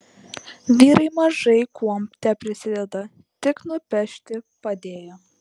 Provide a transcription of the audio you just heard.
vyrai mažai kuom teprisideda tik nupešti padėjo